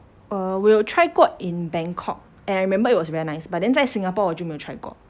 err 我有 try 过 in bangkok um I remember it was very nice but then 在 singapore 我就没有 try 过